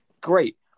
great